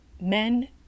Men